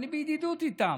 אני בידידות איתה.